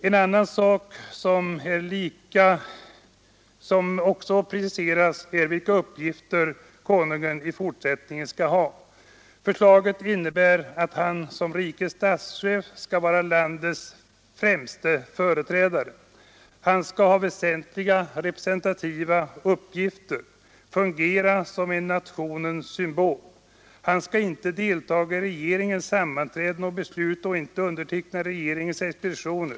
En annan sak som också preciseras är vilka uppgifter konungen i fortsättningen skall ha. Förslaget innebär att han som rikets statschef skall vara landets främste företrädare. Han skall ha väsentliga representativa uppgifter, fungera som en nationell symbol. Han skall inte deltaga i regeringens sammanträden och beslut och inte underteckna regeringens utgående expeditioner.